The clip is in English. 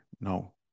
No